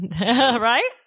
right